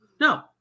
No